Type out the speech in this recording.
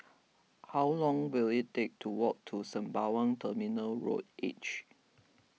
how long will it take to walk to Sembawang Terminal Road H